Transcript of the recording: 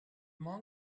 monk